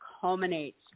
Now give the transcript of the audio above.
culminates